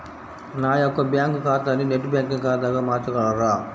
నా యొక్క బ్యాంకు ఖాతాని నెట్ బ్యాంకింగ్ ఖాతాగా మార్చగలరా?